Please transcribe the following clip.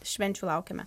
švenčių laukiame